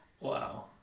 Wow